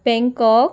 বেংকক